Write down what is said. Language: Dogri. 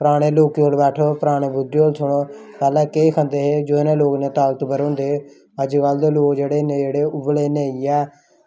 पराने लोकें च बैठो पराने बुड्ढें च सुनो पैह्लें केह् खंदे हे जो लोग इन्ने ताकतवर होंदे हे अज्जकल दे लोक जेह्ड़े इन्ने जेह्ड़े उ'ऐ नेह् नेईं ऐ